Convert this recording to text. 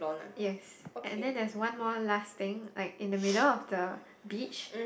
yes and then there's one more last thing like in the middle of the beach